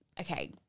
okay